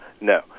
No